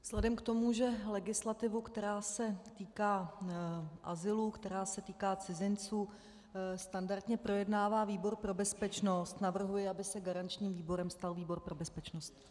Vzhledem k tomu, že legislativu, která se týká azylu, která se týká cizinců, standardně projednává výbor pro bezpečnost, navrhuji, aby se garančním výborem stal výbor pro bezpečnost.